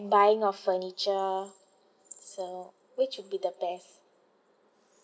buying of furniture so which would be the best